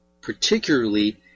particularly